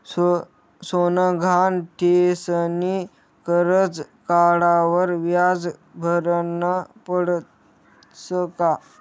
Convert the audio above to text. सोनं गहाण ठीसनी करजं काढावर व्याज भरनं पडस का?